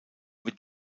wird